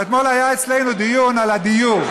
אתמול היה אצלנו דיון על הדיור,